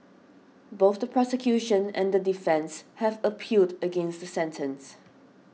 both the prosecution and the defence have appealed against the sentence